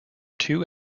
two